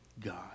God